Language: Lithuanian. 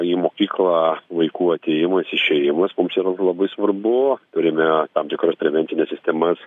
į mokyklą vaikų atėjimas išėjimas mums yra labai svarbu turime tam tikras prevencines sistemas